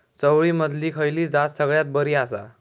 चवळीमधली खयली जात सगळ्यात बरी आसा?